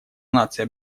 нации